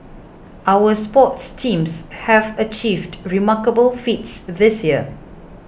our sports teams have achieved remarkable feats this year